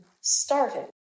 started